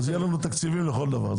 יהיו לנו תקציבים לכל דבר...